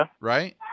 Right